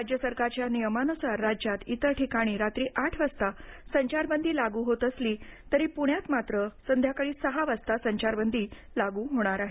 राज्य सरकारच्या नियमानुसार राज्यात इतर ठिकाणी रात्री आठ वाजता संचारबंदी लागू होत असली तरी पुण्यात मात्र संध्याकाळी सहा वाजता संचारबंदी लागू होणार आहे